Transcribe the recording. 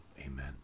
Amen